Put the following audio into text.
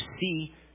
see